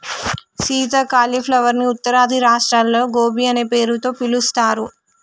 Sita cauliflower ని ఉత్తరాది రాష్ట్రాల్లో గోబీ అనే పేరుతో పిలుస్తారు